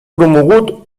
promogut